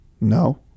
No